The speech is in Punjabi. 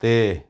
ਤੇ